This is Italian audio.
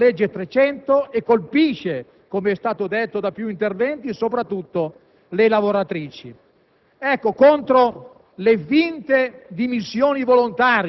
La prassi in base alla quale il datore di lavoro può firmare alla lavoratrice o al lavoratore una lettera di dimissioni con data in bianco,